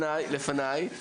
לפניי,